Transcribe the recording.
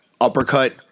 uppercut